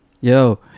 Yo